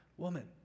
woman